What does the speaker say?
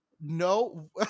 No